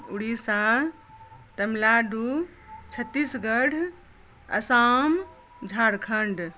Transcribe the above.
Orissa Tamil Nadu Chhattisgarh Assam Jharkhand